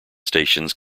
stations